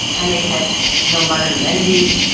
and they'd had no modern amenities,